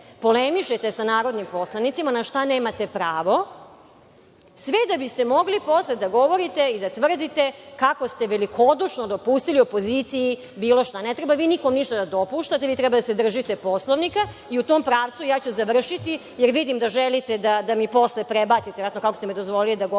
polemišete sa narodnim poslanicima, na šta nemate pravo, sve da biste mogli posle da govorite i da tvrdite kako ste velikodušno dopustili opoziciji bilo šta. Ne treba vi nikom ništa da dopuštate, vi treba da se držite Poslovnika.U tom pravcu ja ću završiti, jer vidim da želite da mi posle prebacite verovatno kako ste mi dozvolili da govorim